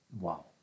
wow